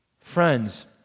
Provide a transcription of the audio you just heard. Friends